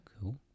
Cool